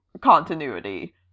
continuity